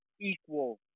equal